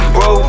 Bro